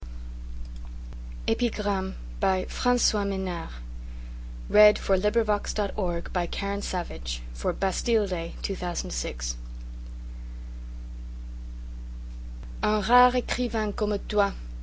un rare écrivain comme toi